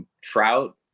Trout